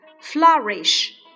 flourish